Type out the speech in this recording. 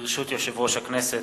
ברשות יושב-ראש הכנסת,